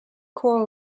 coral